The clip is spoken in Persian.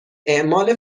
اعمال